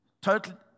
Total